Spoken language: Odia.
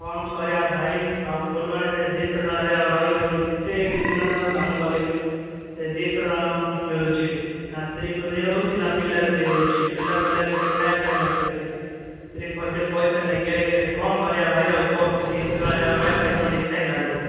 କଣ କରିବା ଭାଇ ଆଉ ଫୁଲବାଣି ରେ ଦୁଇ ଶହ ଟଙ୍କାରେ ଆଉ ରହି ହେଉନି ଯେତେ ଏଠି ଦିନଯାକ କାମ କଲେବି ସେ ଦୁଇ ଶହ ଟଙ୍କା ମିଳୁଛି ନା ସ୍ତ୍ରୀକୁ ଦେଇ ହେଉଛି ନା ପିଲାକୁ ଦେଇ ହେଉଛି ପିଲା କଲେ ଏପଟେ ଖାଇବାକୁ ମାଗୁଛି ସ୍ତ୍ରୀ କହିଲେ ପଇସା ନାହିଁ ଗେରେଗେରେ କଣ କରିବା ଭାଇ ଆଉ କୁହ ଏ ଦୁଇ ଶହ ଟଙ୍କାରେ ଆଉ ରହିବାପାଇଁ କଣ ଇଚ୍ଛା ହିଁ ଆଉ ଲାଗୁନି